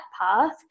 path